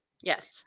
yes